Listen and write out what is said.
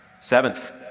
Seventh